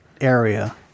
area